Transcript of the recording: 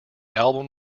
album